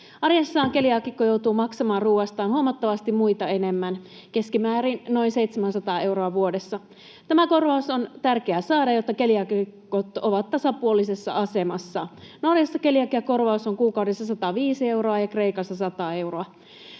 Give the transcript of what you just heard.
Arjessaan keliaakikko joutuu maksamaan ruuastaan huomattavasti muita enemmän, keskimäärin noin 700 euroa vuodessa. Tämä korvaus on tärkeää saada, jotta keliaakikot ovat tasapuolisessa asemassa. Norjassa keliakiakorvaus on kuukaudessa 105 euroa ja Kreikassa 100 euroa.